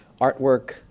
artwork